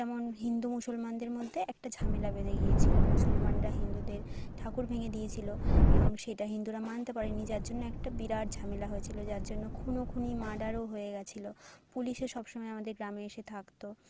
যেমন হিন্দু মুসলমানদের মধ্যে একটা ঝামেলা বেঁধে গিয়েছিলো মুসলমানরা হিন্দুদের ঠাকুর ভেঙে দিয়েছিলো এবং সেটা হিন্দুরা মানতে পারেনি যার জন্য একটা বিরাট ঝামেলা হয়েছিলো যার জন্য খুনোখুনি মার্ডারও হয়ে গেছিলো পুলিশও সবসময় আমাদের গ্রামে এসে থাকতো